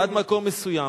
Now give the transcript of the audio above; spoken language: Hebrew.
זה עד מקום מסוים.